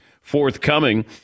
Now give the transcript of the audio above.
forthcoming